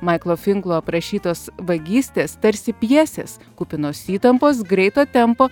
maiklo finklo aprašytos vagystės tarsi pjesės kupinos įtampos greito tempo